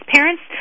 parents